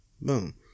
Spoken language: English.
Boom